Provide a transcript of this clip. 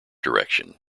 direction